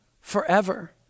forever